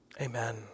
Amen